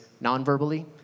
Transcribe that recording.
non-verbally